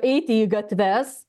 eiti į gatves